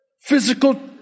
physical